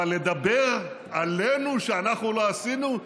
אבל לדבר עלינו שאנחנו לא עשינו?